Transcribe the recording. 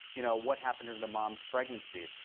you know what happened during the mom's pregnancy?